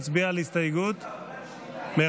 9. הסתייגות מס' 9,